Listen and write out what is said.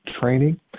training